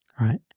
right